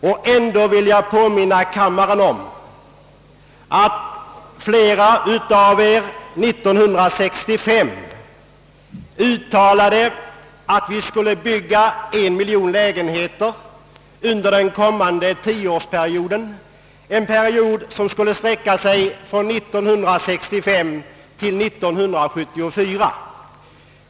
Och ändå vill jag påminna kammaren om att flera av ledamöterna 1965 uttalade att vi skulle bygga en miljon lägenheter under den kommande tioårsperioden, en period som skulle sträcka sig från och med 1965 till och med 1974.